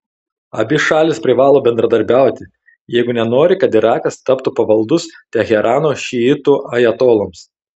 abi šalys privalo bendradarbiauti jeigu nenori kad irakas taptų pavaldus teherano šiitų ajatoloms